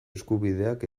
eskubideak